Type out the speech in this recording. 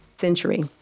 century